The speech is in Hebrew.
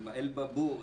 כהן,